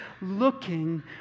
looking